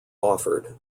offered